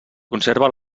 conserva